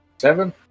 Seven